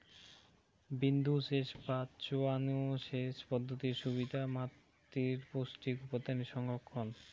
বিন্দুসেচ বা চোঁয়ানো সেচ পদ্ধতির সুবিধা মাতীর পৌষ্টিক উপাদানের সংরক্ষণ